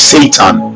Satan